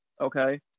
Okay